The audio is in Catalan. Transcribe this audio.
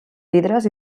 vidres